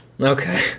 Okay